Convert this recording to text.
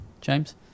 james